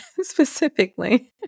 specifically